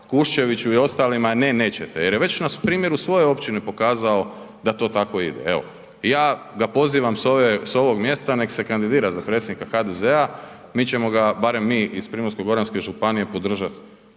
Kuščeviću i ostalima ne nećete jer je već na primjeru svoje općine pokazao da to tako ide, evo ja ga pozivam s ovog mjesta nek se kandidira za predsjednika HDZ-a, mi ćemo ga, barem mi iz Primorsko-goranske županije podržat